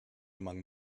among